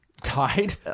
Tied